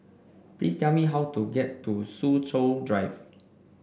please tell me how to get to Soo Chow Drive